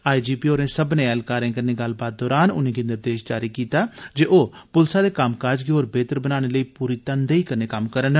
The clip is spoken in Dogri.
आईजीपी होरें सब्मनें ऐह्लकारें कन्नै गल्लबात दौरान उनें'गी निर्देश जारी कीते जे ओह् पुलसै दे कम्मकाज गी होर बेह्तर बनाने लेई पूरी तनदेई कन्नै कम्म करन